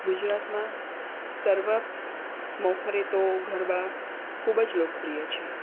ગુજરાતમાં સર્વ મોખરે તો ગરબા ખૂબ જ લોકપ્રિય છે